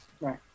right